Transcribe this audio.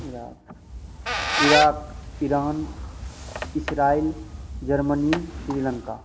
Iraq Iraq Iran Israel Germany Sri Lanka